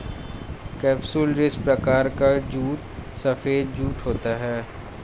capsularis प्रकार का जूट सफेद जूट होता है